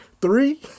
Three